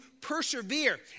persevere